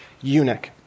eunuch